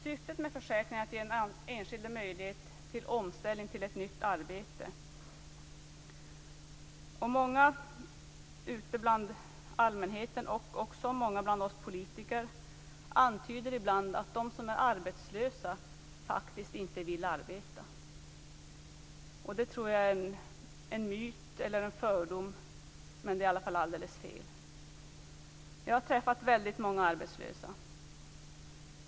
Syftet med försäkringen är att ge den enskilde möjlighet till omställning till ett nytt arbete. Många ute bland allmänheten, och också bland oss politiker, antyder ibland att de som är arbetslösa faktiskt inte vill arbeta. Detta tror jag är en myt och en fördom. Det är alldeles fel. Jag har träffat väldigt många arbetslösa.